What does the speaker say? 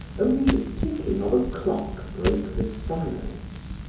only the ticking of a clock broke the silence.